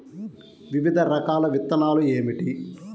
వివిధ రకాల విత్తనాలు ఏమిటి?